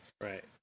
Right